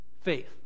faith